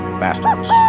bastards